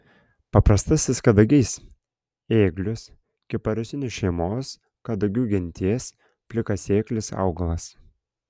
paprastasis kadagys ėglius kiparisinių šeimos kadagių genties plikasėklis augalas